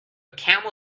camel